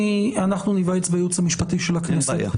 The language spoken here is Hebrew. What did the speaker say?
אנחנו ניוועץ בייעוץ המשפטי של הכנסת --- אין בעיה.